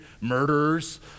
murderers